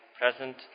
present